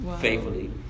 faithfully